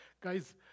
Guys